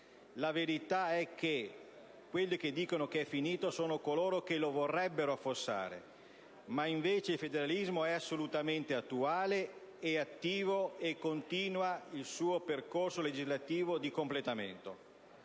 La verità è che quelli che dicono che è finito sono coloro che lo vorrebbero affossare. Invece il federalismo è assolutamente attuale, attivo e continua il suo percorso legislativo di completamento.